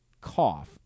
cough